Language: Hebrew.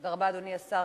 תודה רבה, אדוני השר.